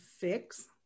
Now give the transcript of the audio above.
fix